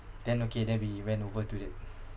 then okay then we went over to it